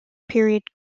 period